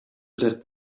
that